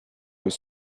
was